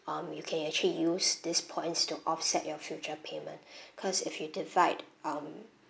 um you can actually use this points to offset your future payment because if you divide um